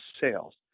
sales